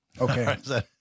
Okay